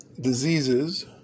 diseases